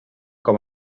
com